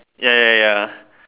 ya ya ya